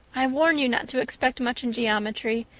i warn you not to expect much in geometry,